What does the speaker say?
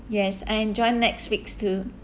yes I enjoy netflix too